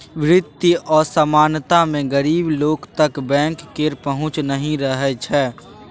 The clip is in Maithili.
बित्तीय असमानता मे गरीब लोक तक बैंक केर पहुँच नहि रहय छै